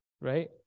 right